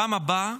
בפעם הבאה